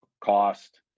cost